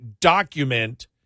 document